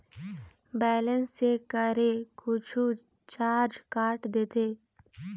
Balance check करें कुछू charge काट देथे?